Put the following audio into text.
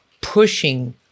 pushing